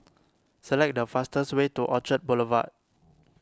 select the fastest way to Orchard Boulevard